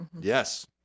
Yes